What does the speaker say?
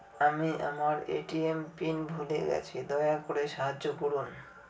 আমি আমার ATM PIN ভুলে গেছি, দয়া করে সাহায্য করুন